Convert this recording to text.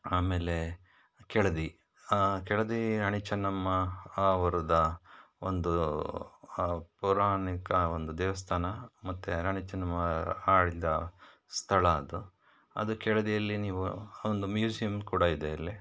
ಆಮೇಲೆ ಕೆಳದಿ ಕೆಳದಿ ರಾಣಿ ಚೆನ್ನಮ್ಮ ಅವರ್ದು ಒಂದು ಪುರಾಣಿಕ ಒಂದು ದೇವಸ್ಥಾನ ಮತ್ತು ರಾಣಿ ಚೆನ್ನಮ್ಮ ಆಳಿದ ಸ್ಥಳ ಅದು ಅದು ಕೆಳದಿಯಲ್ಲಿ ನೀವು ಒಂದು ಮ್ಯೂಸಿಯಂ ಕೂಡ ಇದೆ ಅಲ್ಲಿ